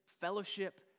fellowship